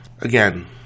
Again